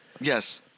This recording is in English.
yes